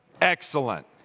Excellent